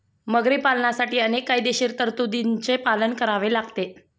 मगरी पालनासाठी अनेक कायदेशीर तरतुदींचे पालन करावे लागते